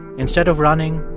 instead of running,